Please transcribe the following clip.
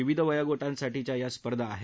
विविध वयोगटांसाठीच्या या स्पर्धा आहेत